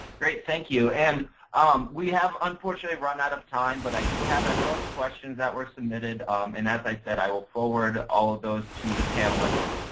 great. thank you. and um we have unfortunate run of time but i do have everyoneis question that were submitted and as i said, i will forward all of those to the panelist.